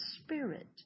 spirit